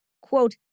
quote